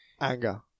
anger